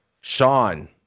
Sean